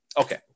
okay